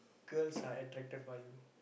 girls are attracted by you